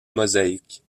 mosaïques